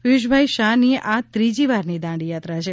પિયુષભાઈ શાહની આ ત્રીજી વારની દાંડીયાત્રા છે